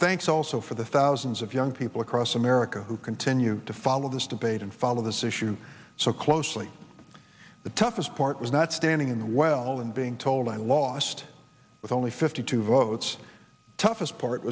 thanks also for the thousands of young people across america who continue to follow this debate and follow this issue so closely the toughest part was not standing in the well and being told i lost with only fifty two votes toughest part